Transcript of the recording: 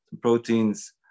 proteins